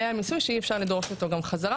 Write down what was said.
היה מיסוי שאי אפשר היה לדרוך אותו גם חזרה